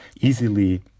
easily